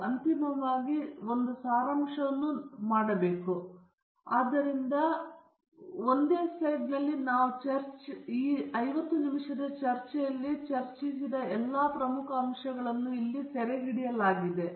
ಮತ್ತು ಅಂತಿಮವಾಗಿ ನೀವು ಇಲ್ಲಿ ನಾವು ಮಾಡಿದ ಒಂದು ಸಾರಾಂಶವನ್ನು ಮಾಡಬೇಕಾಗಿದೆ ಆದ್ದರಿಂದ ಈ ಒಂದೇ ಸ್ಲೈಡ್ನಲ್ಲಿ ನಾವು ಚರ್ಚೆಯ 50 ನಿಮಿಷಗಳಲ್ಲಿ ಚರ್ಚಿಸಿದ ಎಲ್ಲಾ ಪ್ರಮುಖ ಅಂಶಗಳನ್ನು ಎಲ್ಲವನ್ನೂ ಇಲ್ಲಿ ಸೆರೆಹಿಡಿಯಲಾಗಿದೆ